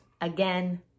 again